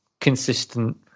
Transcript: consistent